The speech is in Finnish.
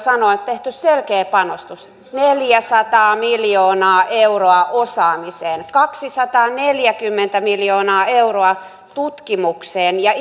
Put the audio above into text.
sanoa että on tehty selkeä panostus neljäsataa miljoonaa euroa osaamiseen kaksisataaneljäkymmentä miljoonaa euroa tutkimukseen ja